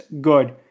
good